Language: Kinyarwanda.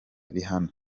rihanna